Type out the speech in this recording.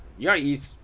ya it's